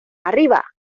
arriba